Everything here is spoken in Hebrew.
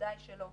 בוודאי שלא.